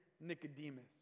Nicodemus